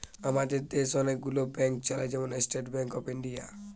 আমাদের দেশ অনেক গুলো ব্যাংক চালায়, যেমন স্টেট ব্যাংক অফ ইন্ডিয়া